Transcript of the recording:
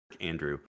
Andrew